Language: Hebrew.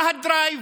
מה הדרייב?